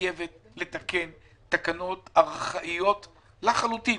חייבת לתקן תקנות ארכאיות לחלוטין